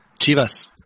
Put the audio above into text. Chivas